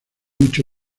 mucho